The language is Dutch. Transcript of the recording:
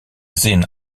zien